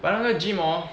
but then 那个 gym hor